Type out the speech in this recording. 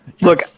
Look